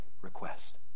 request